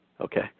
Okay